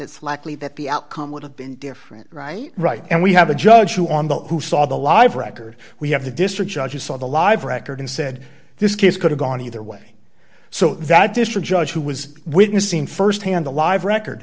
it's likely that the outcome would have been different right right and we have to judge you on the who saw the live record we have the district judge you saw the live record and said this case could have gone either way so that district judge who was witnessing firsthand a live record